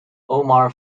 omar